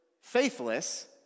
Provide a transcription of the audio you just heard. faithless